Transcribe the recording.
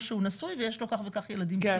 שהוא נשוי ויש לו כך וכך ילדים קטינים.